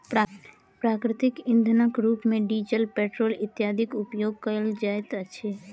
प्राकृतिक इंधनक रूप मे डीजल, पेट्रोल इत्यादिक उपयोग कयल जाइत अछि